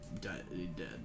dead